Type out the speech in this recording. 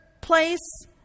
place